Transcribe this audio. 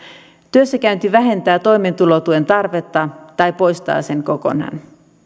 työssäkäynti vähentää toimeentulotuen tarvetta tai poistaa sen kokonaan